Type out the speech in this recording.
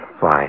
Fine